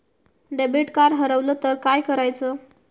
Debit card हरवल तर काय करायच?